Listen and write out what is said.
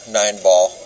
nine-ball